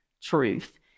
truth